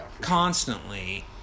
constantly